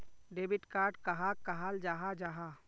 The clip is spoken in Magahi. डेबिट कार्ड कहाक कहाल जाहा जाहा?